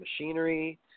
Machinery